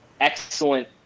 excellent